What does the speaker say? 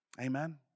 Amen